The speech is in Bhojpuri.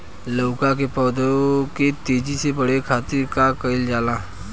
लउका के पौधा के तेजी से बढ़े खातीर का कइल जाला?